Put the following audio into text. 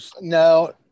No